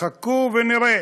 חכו ונראה,